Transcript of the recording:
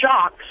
shocks